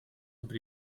über